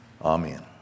amen